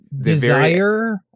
desire